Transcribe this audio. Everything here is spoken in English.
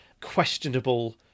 questionable